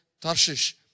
Tarshish